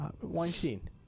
Weinstein